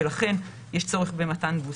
ולכן יש צורך במתן בוסטר.